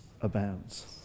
abounds